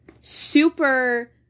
super